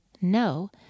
No